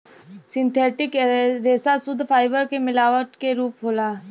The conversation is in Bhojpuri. सिंथेटिक रेसा सुद्ध फाइबर के मिलावट क रूप होला